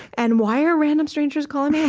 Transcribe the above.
and why are random strangers calling me?